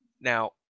Now